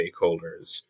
stakeholders